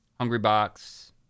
Hungrybox